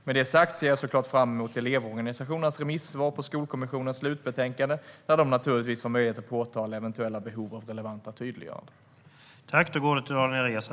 Med detta sagt ser jag såklart fram emot elevorganisationernas remissvar på Skolkommissionens slutbetänkande där de naturligtvis har möjlighet att påtala eventuella behov av relevanta tydliggöranden.